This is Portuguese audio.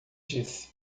disse